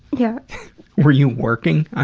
yeah where you working? ah